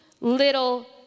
little